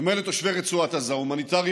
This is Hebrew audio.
אני אומר לתושבי רצועת עזה: הומניטרי,